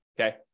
okay